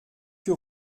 que